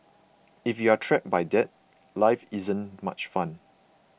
if you are trapped by that life isn't much fun